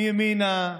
מימינה,